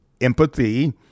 empathy